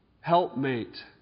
Helpmate